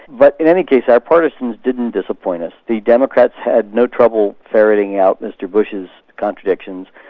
but in any case our participants didn't disappoint us, the democrats had no trouble ferreting out mr bush's contradictions,